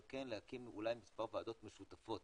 אבל כן להקים אולי מספר ועדות משותפות